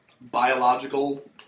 biological